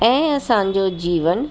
ऐं असांजो जीवन